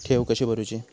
ठेवी कशी भरूची?